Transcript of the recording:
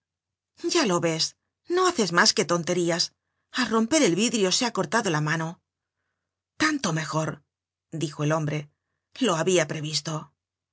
ya lo ves no haces mas que tonterías al romper el vidrio se ha cortado la mano tanto mejor dijo el hombre lo habia previsto